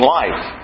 life